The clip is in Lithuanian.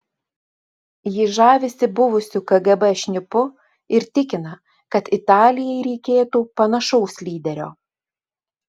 ji žavisi buvusiu kgb šnipu ir tikina kad italijai reikėtų panašaus lyderio